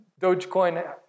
Dogecoin